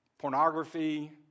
pornography